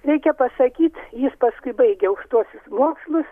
reikia pasakyt jis paskui baigė aukštuosius mokslus